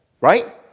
Right